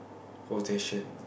possession